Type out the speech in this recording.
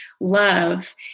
love